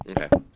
Okay